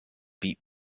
beat